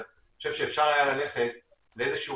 אבל אני חושב שאפשר היה ללכת לאיזה שהוא